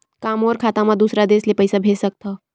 का मोर खाता म दूसरा देश ले पईसा भेज सकथव?